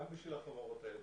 גם בשביל החברות האלה,